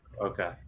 okay